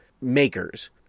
makers